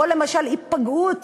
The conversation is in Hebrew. למשל היפגעות